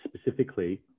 specifically